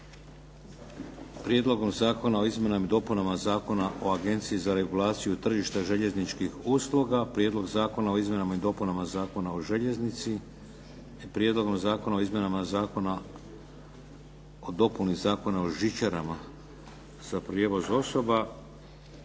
Prijedlogom zakona o izmjenama i dopunama Zakona o agenciji za regulaciju tržišta željezničkih usluga, Prijedlog zakona o izmjenama i dopunama Zakona o željeznici, Prijedlogom zakona o izmjenama i dopunama Zakona o žičarama za prijevoz osoba.